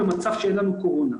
במצב שאין לנו קורונה.